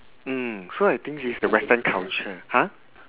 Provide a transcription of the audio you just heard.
mm so I think this is a western culture !huh!